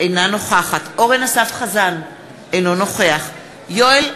אינה נוכחת אורן אסף חזן, אינו נוכח יואל חסון,